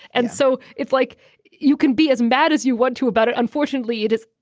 and so it's like you can be as mad as you want to about it. unfortunately, it is.